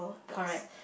correct